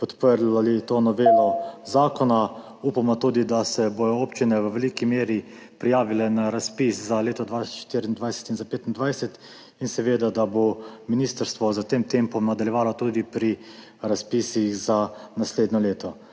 podprli to novelo zakona. Upamo tudi, da se bodo občine v veliki meri prijavile na razpis za leto 2024 in za 2025 in da bo seveda ministrstvo s tem tempom nadaljevalo tudi pri razpisih za naslednje leto.